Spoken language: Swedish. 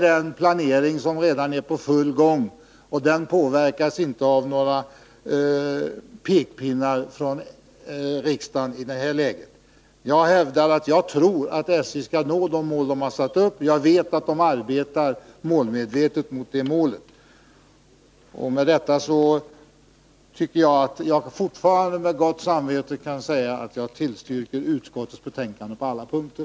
Den planeringen är redan i full gång, och den påverkas inte av några pekpinnar från riksdagen i det här läget. Jag tror att SJ skall nå de mål man har satt upp, och jag vet att man arbetar målmedvetet på det. Med detta kan jag fortfarande med gott samvete tillstyrka utskottets förslag på alla punkter.